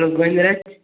hello